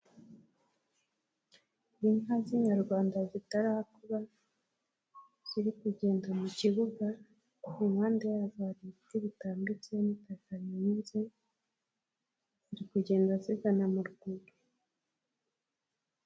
Inka z'inyarwanda zitarakura, ziri kugenda mu kibuga, impande yazo hari ibiti bitambitse n'itaka rihinze ,ziri kugenda zigana mu rwuri.